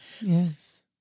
Yes